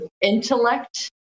intellect